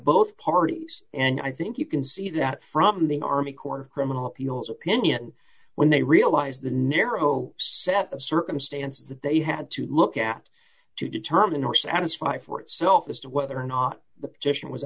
both parties and i think you can see that from the army corps criminal appeals opinion when they realize the narrow set of circumstances that they had to look at to determine or satisfy for itself as to whether or not